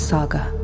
Saga